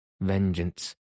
vengeance